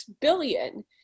billion